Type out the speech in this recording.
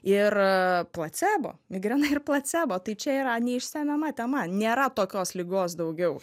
ir placebo migrena ir placebo tai čia yra neišsemiama tema nėra tokios ligos daugiau